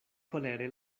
kolere